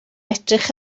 edrych